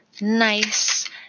nice